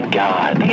god